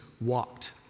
walked